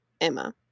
Emma